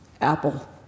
apple